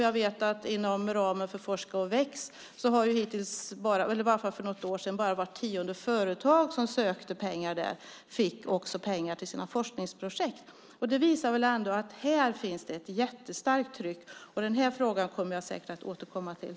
Jag vet att inom ramen för Forska och väx hade, i vart fall för något år sedan, bara vart tionde företag som sökte pengar också fått pengar till sina forskningsprojekt. Det visar väl ändå att det här finns ett jättestarkt tryck, och den här frågan kommer jag säkert att återkomma till.